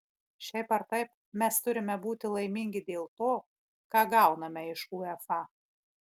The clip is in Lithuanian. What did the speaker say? šiaip ar taip mes turime būti laimingi dėl to ką gauname iš uefa